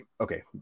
Okay